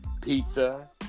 pizza